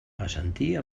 assentir